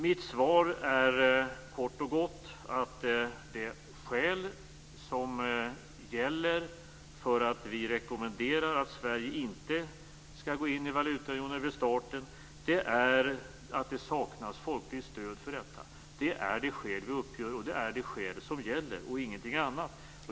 Mitt svar är kort och gott: Vårt skäl för att rekommendera att Sverige inte skall gå in i valutaunionen vid starten är att det saknas folkligt stöd för detta. Det är det skäl vi uppger, och det är detta skäl som gäller och ingenting annat.